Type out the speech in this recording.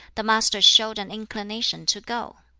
the master showed an inclination to go.